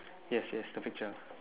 yes yes the picture